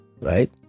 right